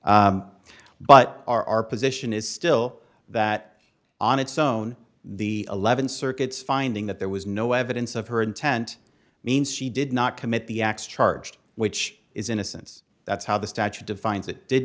but our position is still that on its own the eleven circuits finding that there was no evidence of her intent means she did not commit the acts charged which is innocence that's how the statute defines